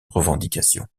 revendications